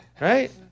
Right